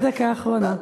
חצי דקה אחרונה.